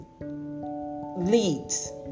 leads